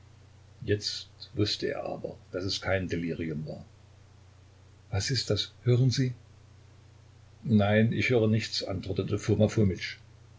jetzt wußte er aber daß es kein delirium war was ist das hören sie nein ich höre nichts antwortete